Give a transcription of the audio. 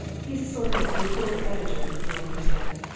he's a sort of reporter-editor, you understand,